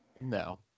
No